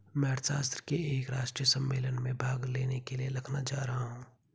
मैं अर्थशास्त्र के एक राष्ट्रीय सम्मेलन में भाग लेने के लिए लखनऊ जा रहा हूँ